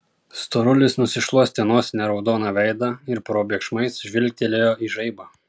storulis nusišluostė nosine raudoną veidą ir probėgšmais žvilgtelėjo į žaibą